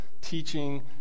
teaching